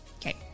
okay